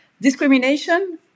Discrimination